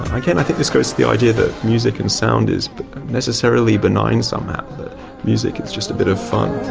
again, i think this goes to the idea that music and sound is necessarily benign somehow, that music is just a bit of fun.